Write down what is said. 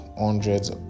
hundreds